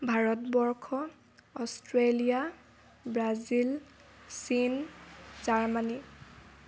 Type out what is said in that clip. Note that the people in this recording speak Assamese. ভাৰতবৰ্ষ অষ্ট্ৰেলিয়া ব্ৰাজিল চীন জাৰ্মানী